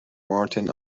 martin